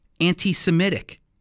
anti-Semitic